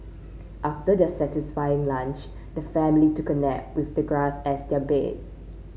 after their satisfying lunch the family took a nap with the grass as their bed